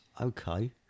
okay